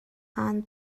aan